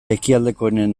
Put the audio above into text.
ekialdekoenen